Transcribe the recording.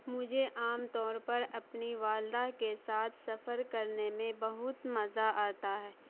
مجھے عام طور پر اپنی والدہ کے ساتھ سفر کرنے میں بہت مزہ آتا ہے